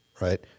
right